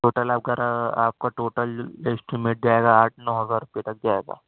total آپ کا آپ کا ٹوٹل اسٹیمیٹ جائے گا آٹھ نو ہزار روپے تک جائے گا